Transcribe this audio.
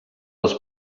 als